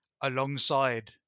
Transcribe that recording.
alongside